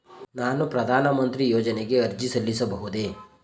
ನಾನು ಪ್ರಧಾನ ಮಂತ್ರಿ ಯೋಜನೆಗೆ ಅರ್ಜಿ ಸಲ್ಲಿಸಬಹುದೇ?